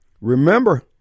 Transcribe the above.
remember